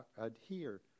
adhere